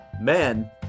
Men